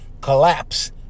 collapse